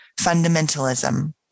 fundamentalism